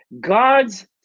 God's